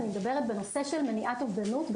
אני מדברת בנושא של מניעת אובדנות,